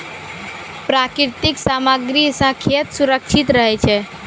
प्राकृतिक सामग्री सें खेत सुरक्षित रहै छै